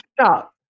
Stop